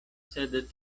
sed